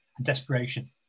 Desperation